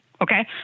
okay